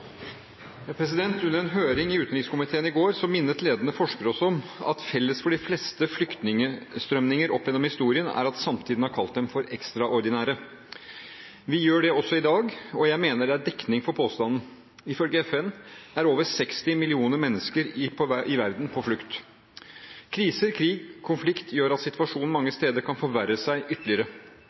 Under en høring i utenrikskomiteen i går minnet ledende forskere oss om at felles for de fleste flyktningstrømninger opp gjennom historien er at samtiden har kalt dem for ekstraordinære. Vi gjør det også i dag, og jeg mener det er dekning for påstanden. Ifølge FN er over 60 millioner mennesker i verden på flukt. Kriser, krig og konflikt gjør at situasjonen mange steder kan forverre seg ytterligere.